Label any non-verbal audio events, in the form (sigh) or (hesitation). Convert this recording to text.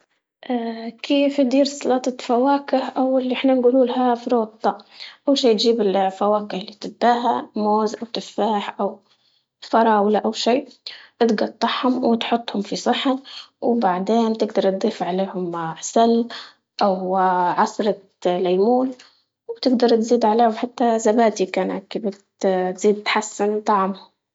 (hesitation) كيف تدير سلطة فواكه؟ أو اللي احنا نقولولها فروتا؟ أول شي تجيب الفواكه اللي تباها موز أو تفاح أو فراولة، أو شي تقطعهم وتحطهم في صحن، وبعدين تقدر تضيف عليهم عسل أو عصرة ليمون وتقدر تزيد عليهم حتى زبادي إن كان تبي تزيد تحسن طعمها.